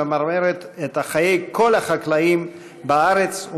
שממררת את חיי כל החקלאים בארץ,